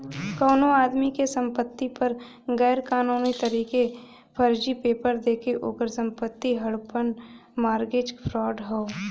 कउनो आदमी के संपति पर गैर कानूनी तरीके फर्जी पेपर देके ओकर संपत्ति हड़पना मारगेज फ्राड हौ